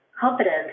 confidence